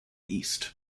east